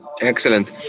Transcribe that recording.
Excellent